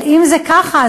אבל אם זה ככה,